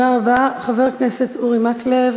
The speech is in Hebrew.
חבר הכנסת אורי מקלב.